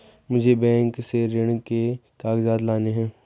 मुझे बैंक से ऋण के कागजात लाने हैं